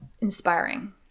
inspiring